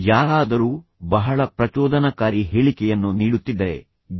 ಯಾರಾದರೂ ಬಹಳ ಪ್ರಚೋದನಕಾರಿ ಹೇಳಿಕೆಯನ್ನು ನೀಡುತ್ತಿದ್ದರೆ ಜಿ